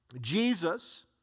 Jesus